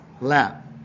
lap